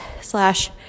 slash